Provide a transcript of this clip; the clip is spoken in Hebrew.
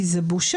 כי זה בושה.